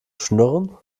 schnurren